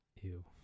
ew